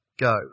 go